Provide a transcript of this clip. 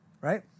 right